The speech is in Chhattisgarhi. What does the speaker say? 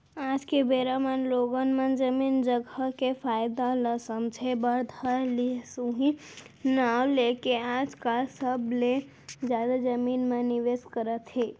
आज के बेरा म लोगन मन जमीन जघा के फायदा ल समझे बर धर लिस उहीं नांव लेके आजकल सबले जादा जमीन म निवेस करत हे